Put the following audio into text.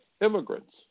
immigrants